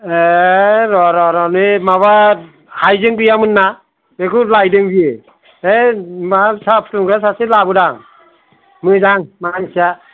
ए र' र' नै माबा हायजें गैयामोन ना बिखौ लायदों बियो है माबा साहा फुदुंग्रा सासे लाबोदां मोजां मानसिया